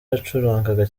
yaracurangaga